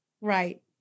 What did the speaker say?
right